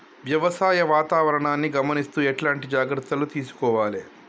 వ్యవసాయ వాతావరణాన్ని గమనిస్తూ ఎట్లాంటి జాగ్రత్తలు తీసుకోవాలే?